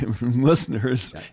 listeners